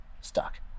stuck